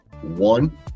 one